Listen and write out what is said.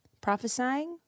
Prophesying